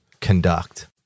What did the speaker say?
conduct